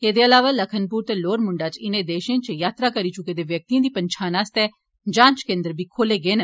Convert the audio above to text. एदे इलावा लखनप्र ते लोअर मंडा च इनें देशें च यात्रा करी च्के दे व्यक्तियें दी पंछान आस्तै जांच केन्द्र बी खोले गे न